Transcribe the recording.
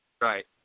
Right